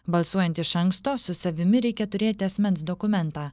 balsuojant iš anksto su savimi reikia turėti asmens dokumentą